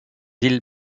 îles